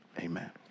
amen